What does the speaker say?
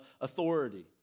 authority